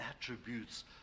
attributes